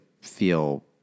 feel